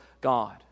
God